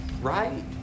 right